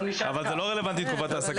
--- אבל זה לא רלוונטי לתקופת ההעסקה.